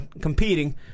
competing